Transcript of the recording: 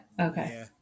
okay